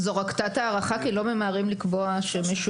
זו רק תת הערכה כי לא ממהרים לקבוע שמישהו